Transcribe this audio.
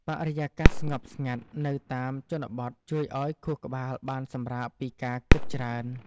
បរិយាកាសស្ងប់ស្ងាត់នៅតាមជនបទ ជួយឱ្យខួរក្បាលបានសម្រាកពីការគិតច្រើន។